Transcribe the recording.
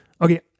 okay